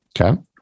Okay